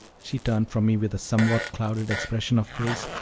she turned from me with a somewhat clouded expression of face,